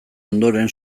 ondoren